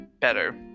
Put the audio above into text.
better